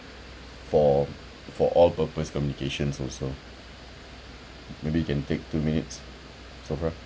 for for all purpose communications also maybe can take two minutes sakura